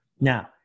Now